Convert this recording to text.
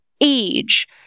age